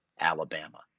Alabama